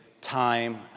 time